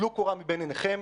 מבין עיניכם.